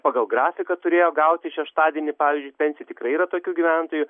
pagal grafiką turėjo gauti šeštadienį pavyzdžiui pensi tikrai yra tokių gyventojų